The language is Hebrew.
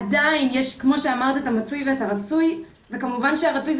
עדיין יש כמו שאמרת את המצוי ואת הרצוי וכמובן שהרצוי,